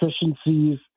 efficiencies